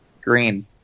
Green